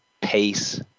pace